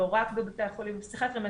לא רק בבתי החולים הפסיכיאטריים.